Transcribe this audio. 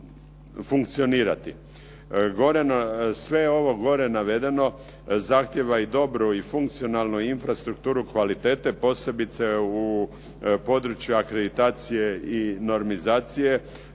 Sve ovo gore navedeno zahtijeva i dobru i funkcionalnu infrastrukturu kvalitete posebice u području akreditacije i normizacije